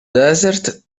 desert